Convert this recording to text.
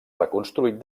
reconstruït